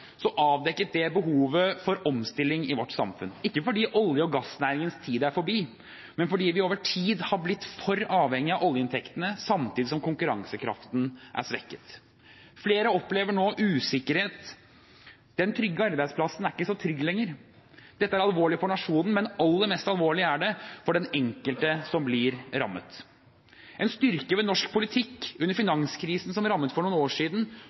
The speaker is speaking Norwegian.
så trygg lenger. Dette er alvorlig for nasjonen, men aller mest alvorlig er det for den enkelte som blir rammet. En styrke ved norsk politikk – under finanskrisen som rammet for noen år siden,